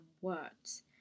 words